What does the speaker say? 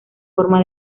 forma